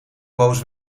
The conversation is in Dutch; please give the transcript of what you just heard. boos